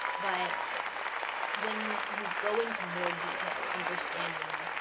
but when you go into more detail understanding